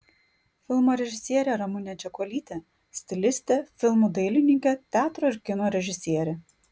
filmo režisierė ramunė čekuolytė stilistė filmų dailininkė teatro ir kino režisierė